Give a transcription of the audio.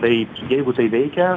tai jeigu tai veikia